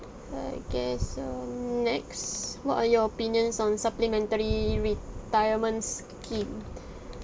i guess um next what are your opinions on supplementary retirements scheme